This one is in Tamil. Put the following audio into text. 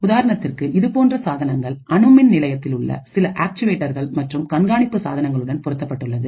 உதாரணத்திற்கு இது போன்ற சாதனங்கள் அணுமின் நிலையத்தில் உள்ள சில ஆக்சுவேட்டர்கள் மற்றும் கண்காணிப்பு சாதனங்களுடன் பொருத்தப்பட்டுள்ளது